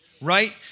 right